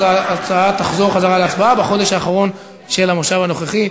ההצעה תחזור להצבעה בחודש האחרון של הכנס הנוכחי.